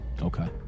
Okay